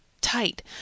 tight